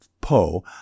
Poe